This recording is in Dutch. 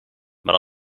maar